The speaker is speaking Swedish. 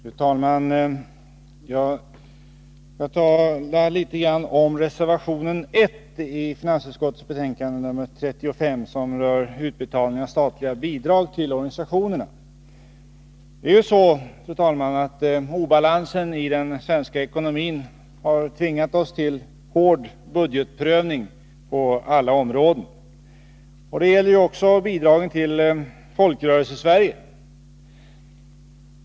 Fru talman! Jag skall tala litet om reservation 1 i finansutskottets betänkande 35, som rör utbetalningar av statliga bidrag till organisationerna. Obalansen i den svenska ekonomin har tvingat oss till hård budgetprövning på alla områden. Det gäller också bidragen till Folkrörelsesverige.